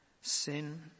sin